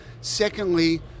Secondly